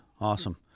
awesome